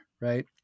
right